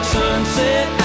Sunset